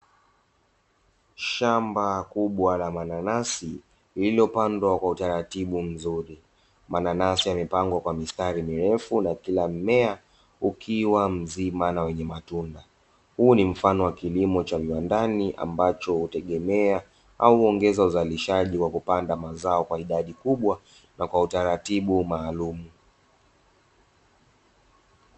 Shamba kubwa la mananasi, lililopandwa kwa utaratibu mzuri. Mananasi yamepangwa kwa mistari mirefu na kila mmea ukiwa mzima na wenye matunda. Huu ni mfano wa kilimo cha viwandani, ambacho hutegemea au kuongeza uzalishaji wa kupanda mazao kwa idadi kubwa, na kwa utaratibu maalumu.